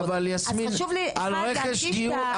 אז חשוב לי להדגיש את הקריטריונים.